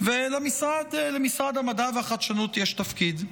ולמשרד המדע והחדשנות יש תפקיד.